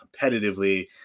competitively